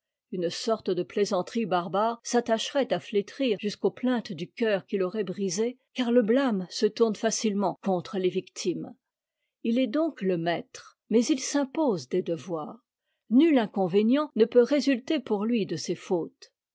une sorte de plaisanterie barbare s'attacherait à flétrir jusqu'aux plaintes du cœur qu'il aurait brisé car le blâme se tourne facilement contre les victimes h est donc le ma re mais il s'impose des devoirs nul inconvénient ne peut résulter pour lui de ses fautes